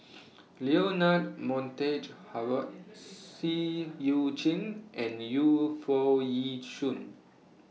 Leonard Montague Harrod Seah EU Chin and Yu Foo Yee Shoon